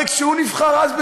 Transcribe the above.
הרי כשהוא נבחר אז,